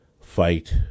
fight